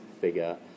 figure